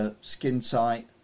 skin-tight